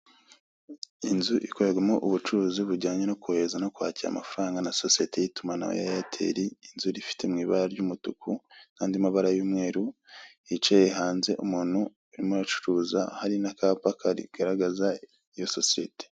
Inzu ikorerwamo ubucuruzi bujyanye no kohereza no kwakira amafaranga na sosiyete y'itumanaho ya Airtel inzu ifite mu ibara ry'umutuku nandi mabara y'umweru hicaye hanze umuntu urimo uracuruza hari n'akapa kagaragaza iyo sosiyete.